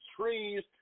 trees